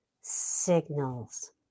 signals